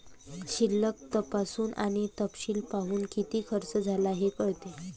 शिल्लक तपासून आणि तपशील पाहून, किती खर्च झाला हे कळते